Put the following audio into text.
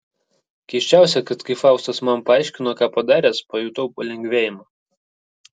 keisčiausia kad kai faustas man paaiškino ką padaręs pajutau palengvėjimą